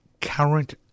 current